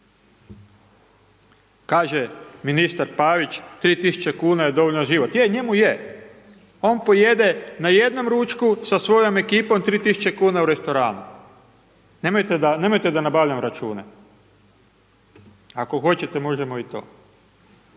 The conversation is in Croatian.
Kaže ministar Pavić 3000 kuna je dovoljno za život, je, njemu je, on pojede a jednom ručku sa svojom ekipom 3000 kuna u restoranu. Nemojte da nabavljam račune. Ako hoćete, možemo i to.